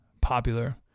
popular